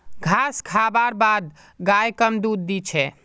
घास खा बार बाद गाय कम दूध दी छे